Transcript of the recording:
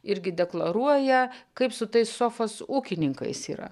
irgi deklaruoja kaip su tais sofos ūkininkais yra